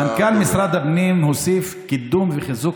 "מנכ"ל משרד הפנים הוסיף: קידום וחיזוק